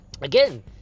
again